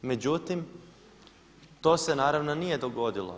Međutim, to se naravno nije dogodilo.